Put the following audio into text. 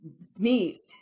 sneezed